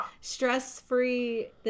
stress-free